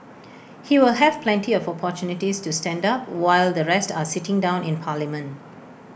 he will have plenty of opportunities to stand up while the rest are sitting down in parliament